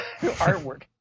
artwork